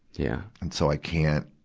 yeah and so i can't,